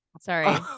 Sorry